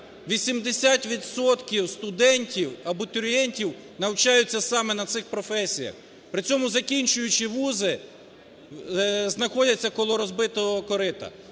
студентів, абітурієнтів навчаються саме на цих професіях, при цьому закінчуючи вузи, знаходяться коло розбитого корита.